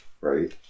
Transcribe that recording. Right